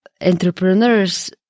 entrepreneurs